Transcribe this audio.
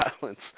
violence